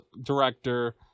Director